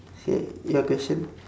okay your question